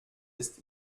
ist